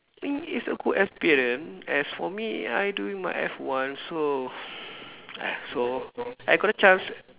think it's a good experience as for me I doing my F one so uh so I got a chance